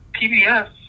PBS